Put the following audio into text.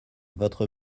votre